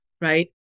right